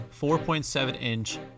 4.7-inch